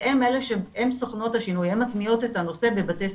הן סוכנות השינוי, הן מטמיעות את הנושא בבתי ספר.